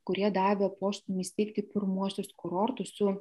kurie davė postūmį steigti pirmuosius kurortus su